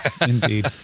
Indeed